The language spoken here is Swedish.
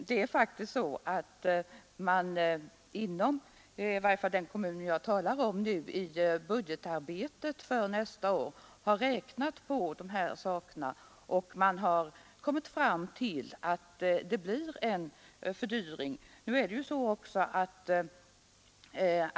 Herr talman! Inom den kommun jag talar om har man faktiskt för budgetarbetet nästa år räknat på dessa saker. Man har då kommit fram till att det blir en fördyring.